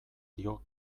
dio